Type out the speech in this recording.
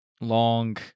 long